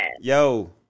Yo